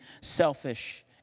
selfish